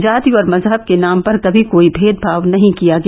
जाति और मजहब के नाम पर कभी कोई भेदभाव नही किया गया